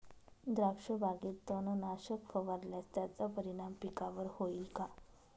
द्राक्षबागेत तणनाशक फवारल्यास त्याचा परिणाम पिकावर होईल का?